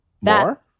More